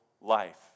life